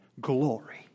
glory